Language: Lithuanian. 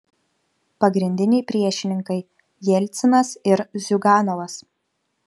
pagrindiniai priešininkai jelcinas ir ziuganovas